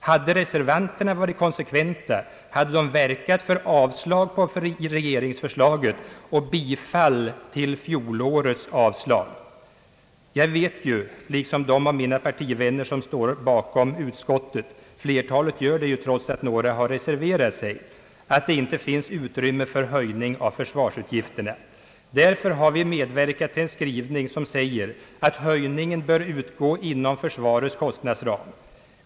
Hade reservanterna varit konsekventa skulle de ha verkat för avslag på regeringsförslaget och bifall till fjolårets anslag. Jag vet ju liksom de av mina partivänner som står bakom utskottets förslag — flertalet av dem gör ju det trots att några har reserverat sig — att det inte finns utrymme för höjning av försvarsutgifterna. Därför har vi medverkat till en skrivning, som säger att höjningen bör utgå inom försvarets kostnadsram.